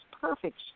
perfect